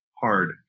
hard